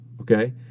okay